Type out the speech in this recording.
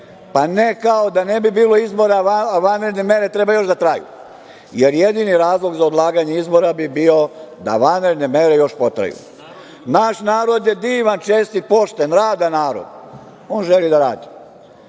pa, ne, kao, da ne bi bilo izbora, vanredne mere treba još da traju. Jer, jedini razlog za odlaganje izbora bi bio da vanredne mere još potraju. Naš narod je divan, čestit, pošten, radan narod, on želi da radi.